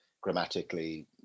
grammatically